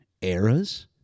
eras